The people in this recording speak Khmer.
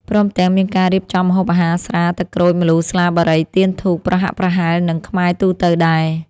ព្រមទាំងមានការរៀបចំម្ហូបអាហារ ស្រា ទឹកក្រូច ម្លូ ស្លា បារី ទៀន ធូប ប្រហាក់ប្រហែលនឹងខ្មែរទូទៅដែរ ។